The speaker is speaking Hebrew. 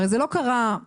הרי זה לא קרה מאליו.